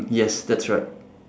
yes that's right